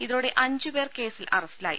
ഇതോടെ അഞ്ചുപേർ കേസിൽ അറ സ്റ്റിലായി